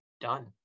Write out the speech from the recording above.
done